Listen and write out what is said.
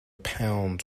pounds